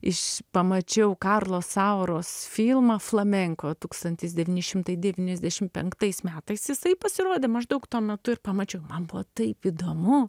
iš pamačiau karlo sauros filmą flamenko tūkstantis devyni šimtai devyniasdešimt penktais metais jisai pasirodė maždaug tuo metu ir pamačiau man buvo taip įdomu